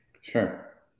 Sure